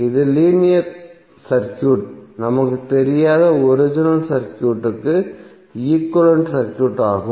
இது linear circuit நமக்குத் தெரியாத ஒரிஜினல் சர்க்யூட்க்கு ஈக்விவலெண்ட் சர்க்யூட் ஆகும்